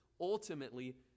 ultimately